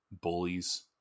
bullies